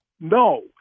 No